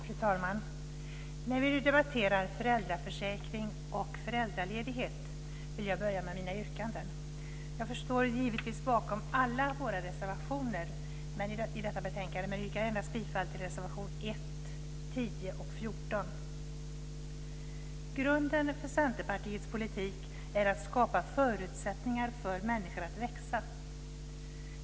Fru talman! När vi nu debatterar föräldraförsäkringen och föräldraledighet vill jag börja med mina yrkanden. Jag står givetvis bakom alla våra reservationer till detta betänkande men yrkar bifall endast till reservationerna 1, 10 och 14. Grunden för Centerpartiets politik är att skapa förutsättningar för människor att växa.